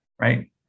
Right